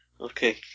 Okay